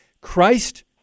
Christ